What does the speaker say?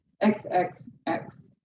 X-X-X